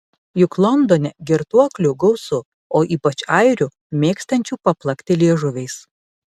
juk londone girtuoklių gausu o ypač airių mėgstančių paplakti liežuviais